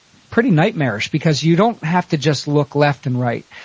pretty nightmarish because you don't have to just look left and right.